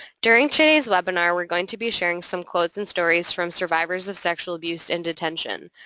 during today's webinar, we're going to be sharing some quotes and stories from survivors of sexual abuse in detention.